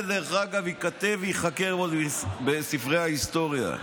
דרך אגב, זה ייכתב וייחקר עוד בספרי ההיסטוריה.